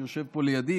שיושב פה לידי,